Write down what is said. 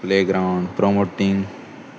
play ground promoting